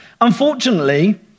Unfortunately